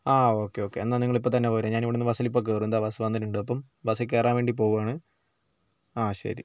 ആഹ് okay okay എന്നാൽ നിങ്ങൾ ഇപ്പോൾത്തന്നെ പോര് ഞാൻ ഇവിടെ നിന്ന് ബസ്സിലിപ്പോൾ കയറും ഇതാ ബസ്സ് വന്നിട്ടുണ്ട് അപ്പം ബസ്സിൽ കയറാൻ വേണ്ടി പോകുകയാണ് അതെ ശരി